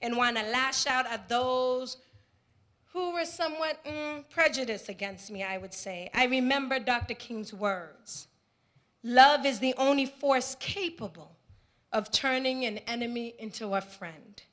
and want to lash out at the old who are somewhat prejudiced against me i would say i remember dr king's words love is the only force capable of turning an enemy into a friend